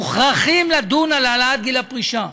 מוכרחים לדון על העלאת גיל הפרישה,